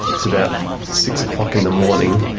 it's about six o'clock in the morning,